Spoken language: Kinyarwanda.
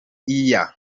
iya